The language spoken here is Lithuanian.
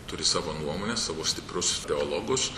turi savo nuomonę savo stiprius teologus